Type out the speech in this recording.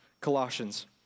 Colossians